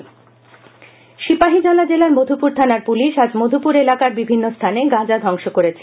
গাঁজা সিপাহীজলা জেলার মধুপুর থানার পুলিশ আজ মধুপুর এলাকার বিভিন্ন স্থানে গাঁজা ধ্বংস করেছে